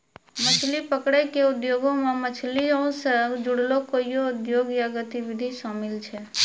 मछली पकरै के उद्योगो मे मछलीयो से जुड़लो कोइयो उद्योग या गतिविधि शामिल छै